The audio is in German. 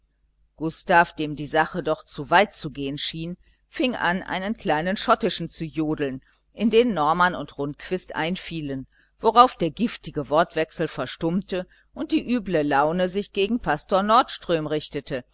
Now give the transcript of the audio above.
gustav dem die sache doch zu weit zu gehen schien fing an einen kleinen schottischen zu jodeln in den norman und rundquist einfielen worauf der giftige wortwechsel verstummte und die üble laune sich gegen pastor nordström richtete